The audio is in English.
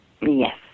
Yes